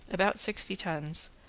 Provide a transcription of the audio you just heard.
about sixty tons,